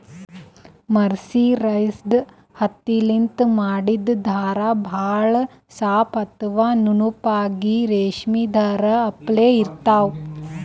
mercerised ಹತ್ತಿಲಿಂತ್ ಮಾಡಿದ್ದ್ ಧಾರಾ ಭಾಳ್ ಸಾಫ್ ಅಥವಾ ನುಣುಪಾಗಿ ರೇಶ್ಮಿ ಧಾರಾ ಅಪ್ಲೆ ಇರ್ತಾವ್